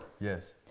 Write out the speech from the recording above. Yes